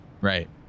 right